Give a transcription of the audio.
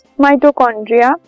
mitochondria